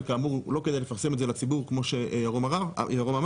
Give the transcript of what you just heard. וכאמור לא כדי לפרסם את זה לציבור כמו שירום אמרה,